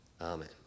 Amen